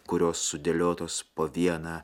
kurios sudėliotos po vieną